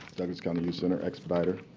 douglas county youth center expediter.